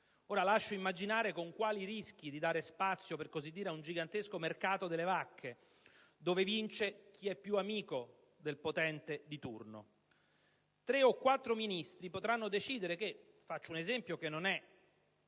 lascio immaginare con quali rischi di dare spazio a un gigantesco mercato delle vacche, dove vince chi è più amico del potente di turno. Tre o quattro Ministri potranno decidere che - faccio un esempio che non è